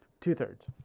Two-thirds